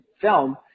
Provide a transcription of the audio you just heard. film